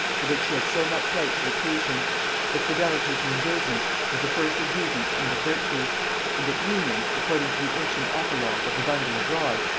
of which she had so much right to accuse him that fidelity to engagements was the first of duties and of virtues and that union, according to the ancient apologue of the bundle of rods,